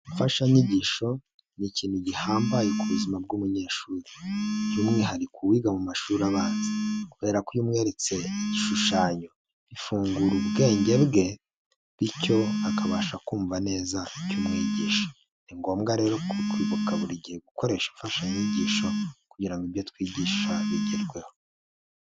Imfashanyigisho ni ikintu gihambaye ku buzima bw'umunyeshuri, by'umwihariko wiga mu mashuri abanza kubera ko iyo umweretse igishushanyo bifungura ubwenge bwe bityo akabasha kumva neza ibyo umwigisha, ni ngombwa rero kwibuka buri gihe gukoresha imfashanyigisho kugira ngo ibyo twigisha bigerweho.